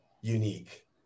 unique